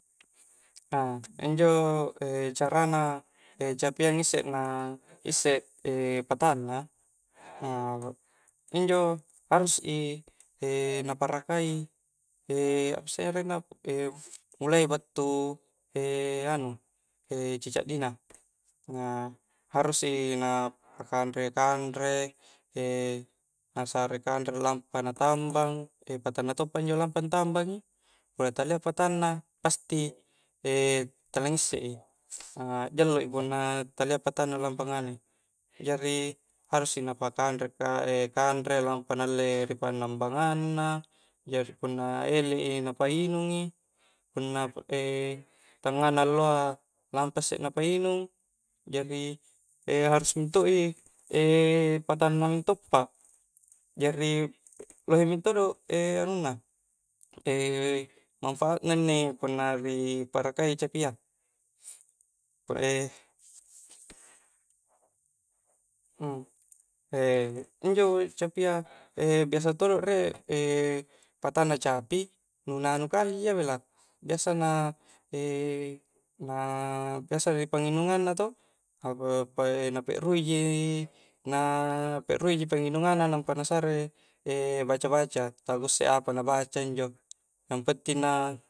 injo cara na capia ngisse na isse e patanna injo harus i na parakai apasse arenna mulai battu anu caddi-caddina na harus i na pakanre-kanre n sare kanre lampa na tambang patanna toppa injo lampa antambangi punna talia patanna pasti tala ngisse i akjallo i punna talia patanna lampa nganu i jari harus i na pakanre ka kanre lampa na alle ri pannambangang na jari punna eklek i na painung i punna tangnga na alloa lampa isse na painung jari harus mento i patanna mento' pa jari lohe mentodo anunna manfaat na inni punna ri parakai capia injo capia biasa todo' riek patanna capi nu na anu kaleji iya bela biasa na biasa di panginungang na to n apekrui ji na pekrui ji panginungang na nampa na sare baca-baca tala kuusse apa na baca injo yang penting na